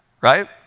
right